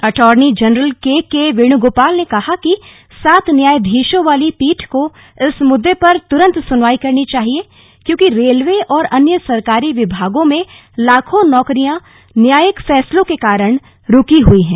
अर्टोनी general K K Venugopal ने कहा कि सात न्यायाधीशों वाली पीठ को इस मुद्दे पर तुरंत सुनवाई करनी चाहिए क्योंकि रेलवे और अन्य सरकारी विभागों में लाखों नौकरियां न्यायिक फैसलों के कारण रूकी हुई है